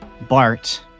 Bart